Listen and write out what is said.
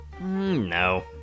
No